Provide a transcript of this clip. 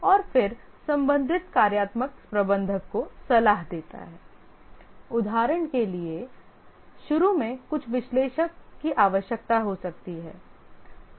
और फिर संबंधित कार्यात्मक प्रबंधक को सलाह देता है उदाहरण के लिए शुरू में कुछ विश्लेषक की आवश्यकता हो सकती है